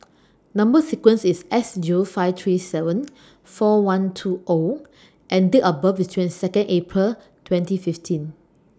Number sequence IS S Zero five three seven four one two O and Date of birth IS twenty Second April twenty fifteen